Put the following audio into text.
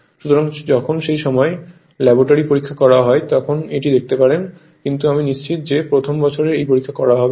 সুতরাং যখন সেই সময় ল্যাবরেটরি পরীক্ষা করা হয় তখন এটি দেখতে পারেন কিন্তু আমি নিশ্চিত নই যে প্রথম বছরের এই পরীক্ষা করা হবে কি না